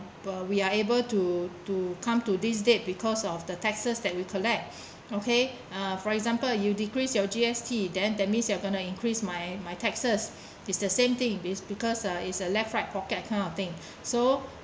but we are able to to come to this date because of the taxes that you collect okay uh for example you decrease your G_S_T then that means you are going to increase my my taxes it's the same thing it's because it's a left right pocket kind of thing so